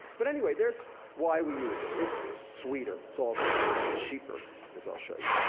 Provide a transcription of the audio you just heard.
but anyway, there's why we use it, it's sweeter, it's also cheaper as i'll show you.